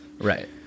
Right